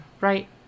Right